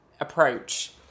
approach